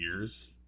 years